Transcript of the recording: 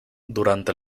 durante